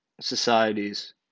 societies